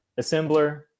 assembler